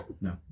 No